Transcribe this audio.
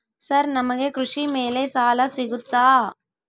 Sir ನಮಗೆ ಕೃಷಿ ಮೇಲೆ ಸಾಲ ಸಿಗುತ್ತಾ?